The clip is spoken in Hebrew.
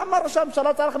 למה ראש הממשלה צריך להסתבך?